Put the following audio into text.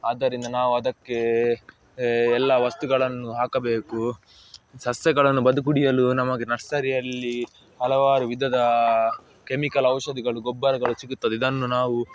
ಆದ್ದರಿಂದ ನಾವು ಅದಕ್ಕೆ ಎಲ್ಲ ವಸ್ತುಗಳನ್ನು ಹಾಕಬೇಕು ಸಸ್ಯಗಳನ್ನು ಬದುಕುಳಿಯಲು ನಮಗೆ ನರ್ಸರಿಯಲ್ಲಿ ಹಲವಾರು ವಿಧದ ಕೆಮಿಕಲ್ ಔಷಧಿಗಳು ಗೊಬ್ಬರಗಳು ಸಿಗುತ್ತದೆ ಇದನ್ನು ನಾವು